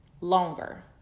longer